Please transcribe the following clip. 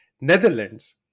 Netherlands